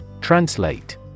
Translate